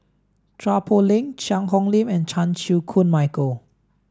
Chua Poh Leng Cheang Hong Lim and Chan Chew Koon Michael